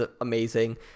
amazing